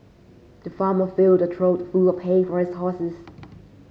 the farmer filled a trough full of hay for his horses